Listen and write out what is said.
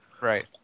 Right